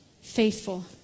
faithful